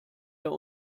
der